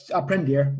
aprender